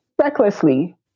recklessly